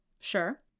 Sure